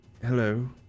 hello